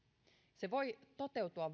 se voi toteutua